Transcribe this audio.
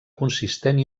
consistent